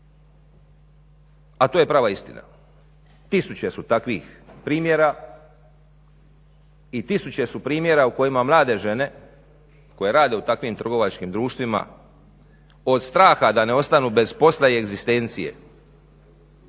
A to je prava istina. Tisuće su takvih primjera i tisuće su primjera u kojima mlade žene koje rade u takvim trgovačkim društvima od straha da ne ostanu bez posla i egzistencije